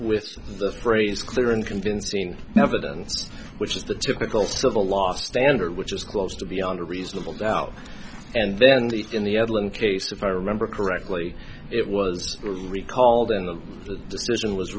with the phrase clear and convincing evidence which is the typical civil law standard which is close to beyond a reasonable doubt and then the in the evelyn case if i remember correctly it was recalled in the decision was